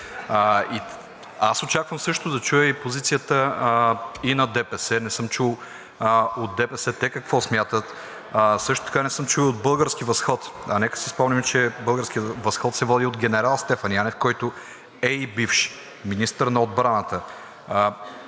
Аз очаквам също да чуя позицията и на ДПС. Не съм чул от ДПС какво смятат. Също така не съм чул и от „Български възход“, а нека си спомним, че „Български възход“ се води от генерал Стефан Янев, който е и бивш министър на отбраната.